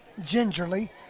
gingerly